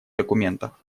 документов